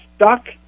stuck